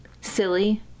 Silly